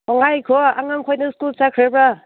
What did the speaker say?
ꯉꯥꯏꯈꯣ ꯑꯉꯥꯡꯈꯣꯏꯗꯣ ꯁ꯭ꯀꯨꯜ ꯆꯠꯈ꯭ꯔꯕ꯭ꯔꯥ